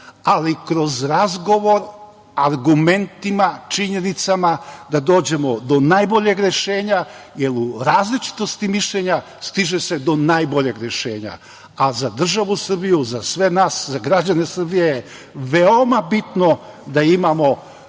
ali kroz razgovor, argumentima, činjenicama, da dođemo do najboljeg rešenja, jer u različitosti mišljenja stiže se do najboljeg rešenja. A za državu Srbiju, za sve nas, za građane Srbije, veoma je bitno da imamo